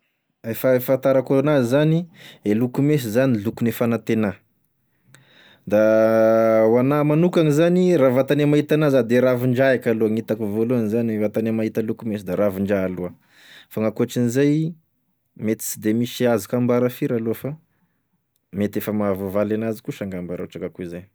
E fa- fahantarako anazy zany e loko menso zany lokogne fagnantena, da hoanah magnokany zany, raha vantagny e mahita an'azy a da ravin'draha eka aloha gn'hitako voalohany, zany vantagne mahita loko menso da ravin-draha aloha, fa ankoatrin'izay mety sy de misy azoko ambara firy aloha fa mety efa mahavoavaly an'azy kosa angamba raha ohatra ka koa hoe zay.